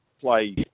play